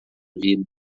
vida